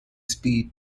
speed